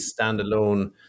standalone